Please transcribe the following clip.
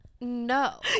No